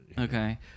okay